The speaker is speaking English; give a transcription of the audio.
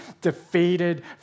defeated